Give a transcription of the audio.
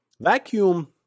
vacuum